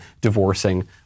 divorcing